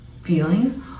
feeling